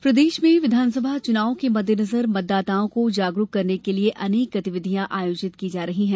मतदाता अभियान प्रदेश में विधान सभा चुनाव के मद्देनजर मतदाताओं को जागरूक करने के लिये अनेक गतिविधियां आयोजित की जा रही हैं